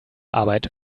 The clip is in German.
arbeit